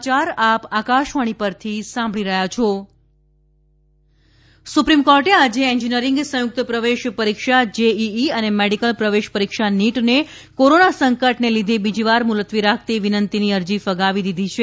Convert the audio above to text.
JEE NEET સુપ્રીમકોર્ટે આજે engineering સંયુક્ત પ્રવેશ પરીક્ષા જેઇઇ અને મેડીકલ પ્રવેશ પરીક્ષા નીટને કોરોના સંકટને લીઘે બીજીવાર મુલતવી રાખતી વિનંતીની અરજી ફગાવી દીધી છે